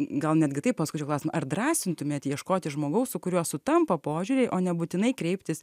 gal netgi taip paskučiau klausimą ar drąsintumėt ieškoti žmogaus su kuriuo sutampa požiūriai o nebūtinai kreiptis